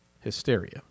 Hysteria